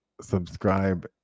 subscribe